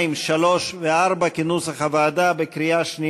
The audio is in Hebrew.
בעד ההסתייגות, 50, נגד, 64, אין נמנעים.